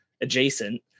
adjacent